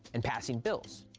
and passing bills.